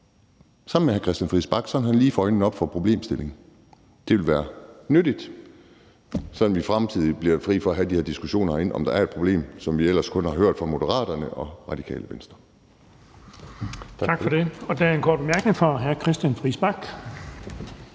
sammen med hr. Christian Friis Bach, sådan at han lige får øjnene op for problemstillingen – ville være nyttigt, sådan at vi for fremtiden bliver fri for at have de her diskussioner herinde om, om der er et problem – noget, som vi ellers kun har hørt fra Moderaterne og Radikale Venstre. Tak. Kl. 19:05 Den fg. formand (Erling